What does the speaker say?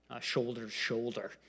shoulder-to-shoulder